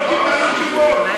לא קיבלנו תשובות.